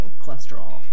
cholesterol